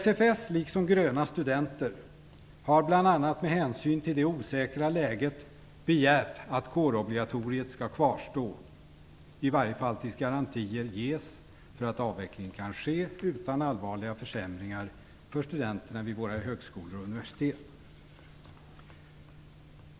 SFS, liksom Gröna studenter, har bl.a. med hänsyn till det osäkra läget begärt att kårobligatoriet skall kvarstå, i varje fall tills garantier kan ges för att avvecklingen kan ske utan allvarliga försämringar för studenterna vid våra högskolor och universitet.